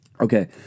Okay